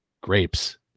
grapes